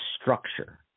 structure